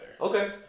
Okay